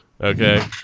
Okay